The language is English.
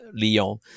Lyon